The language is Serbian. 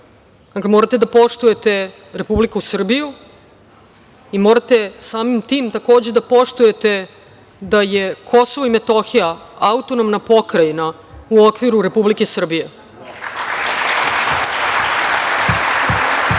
morate da poštujete Republiku Srbiju i morate samim tim takođe da poštujete da je Kosovo i Metohija AP u okviru Republike Srbije. Dakle,